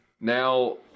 Now